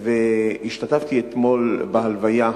השתתפתי אתמול בהלוויה.